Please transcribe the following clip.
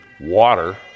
water